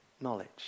knowledge